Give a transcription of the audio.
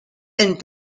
and